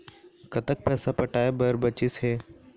कतक पैसा पटाए बर बचीस हे?